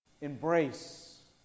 embrace